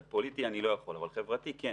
פוליטי אני לא יכול, אבל חברתי כן.